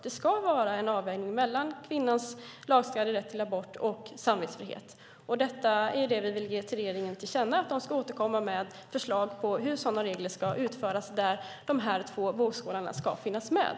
Det ska ske en avvägning mellan kvinnans lagstadgade rätt till abort och samvetsfrihet. Vi vill ge regeringen till känna att de ska återkomma med förslag på hur sådana regler ska utformas och där de båda vågskålarna ska finnas med.